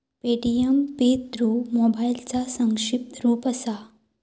Paytm pay through मोबाईलचा संक्षिप्त रूप असा